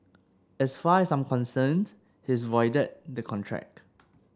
as far as I'm concerned he's voided the contract